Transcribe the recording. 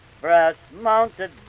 brass-mounted